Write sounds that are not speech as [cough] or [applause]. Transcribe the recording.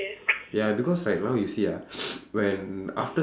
ya because like now you see ah [breath] when after